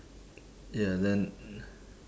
ya then